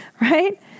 Right